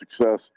success